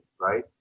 right